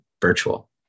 virtual